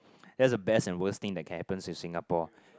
that's the best and worst thing that can happen to Singapore